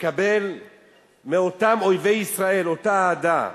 מקבל מאותם אויבי ישראל, אותה אהדה.